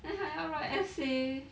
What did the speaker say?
then 还要 write essay